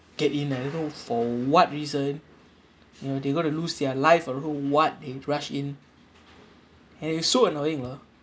get in like you know for what reason you know they got to lose their life I don't know what they rush in and it's so annoying lah